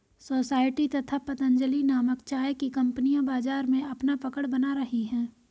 society तथा पतंजलि नामक चाय की कंपनियां बाजार में अपना पकड़ बना रही है